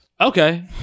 Okay